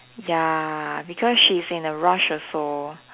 ya because she's in a rush also